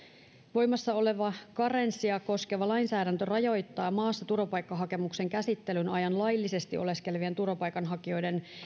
voimassa oleva karenssia koskeva lainsäädäntö rajoittaa maassa turvapaikkahakemuksen käsittelyn ajan laillisesti oleskelevien turvapaikanhakijoiden